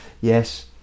yes